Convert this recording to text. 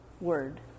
word